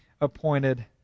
appointed